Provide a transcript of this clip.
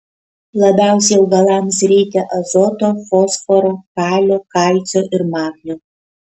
labiausiai augalams reikia azoto fosforo kalio kalcio ir magnio